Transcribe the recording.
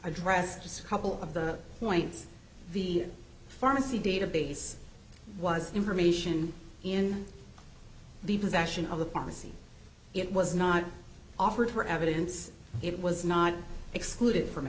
address just a couple of the points the pharmacy database was information in the possession of the pharmacy it was not offered her evidence it was not excluded from